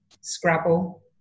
Scrabble